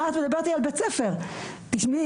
תשמעי,